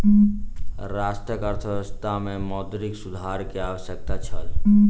राष्ट्रक अर्थव्यवस्था में मौद्रिक सुधार के आवश्यकता छल